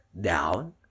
down